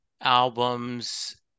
albums